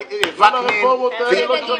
כל הרפורמות האלה לא שוות